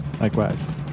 Likewise